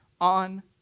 on